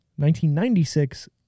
1996